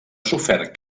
sofert